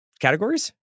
categories